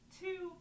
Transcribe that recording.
two